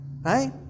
right